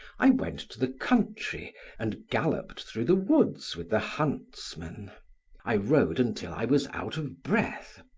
i went to the country and galloped through the woods with the huntsmen i rode until i was out of breath,